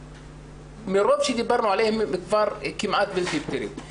מרוב שדיברנו עליהם הם כבר כמעט בלתי פתירים.